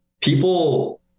people